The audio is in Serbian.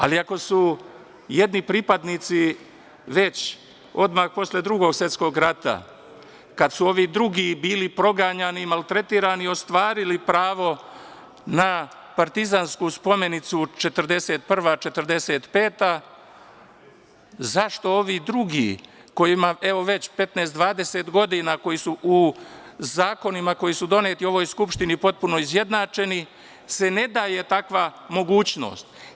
Ali, ako su jedni pripadnici već odmah posle Drugog svetskog rata, kad su ovi drugi bili proganjani i maltretirani i ostvarili pravo na partizansku spomenicu 41-45, zašto ovi drugi kojima, evo, već 15, 20 godina koji su u zakonima koji su doneti u ovoj Skupštini potpuno izjednačeni, se ne daje takva mogućnost?